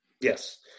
Yes